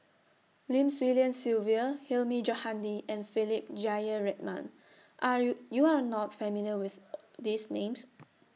Lim Swee Lian Sylvia Hilmi Johandi and Philip Jeyaretnam Are YOU YOU Are not familiar with These Names